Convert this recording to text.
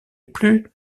plus